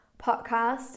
podcast